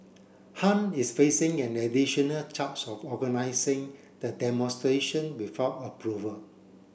Han is facing an additional charge of organising the demonstration without approval